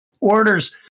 orders